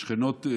השכנות,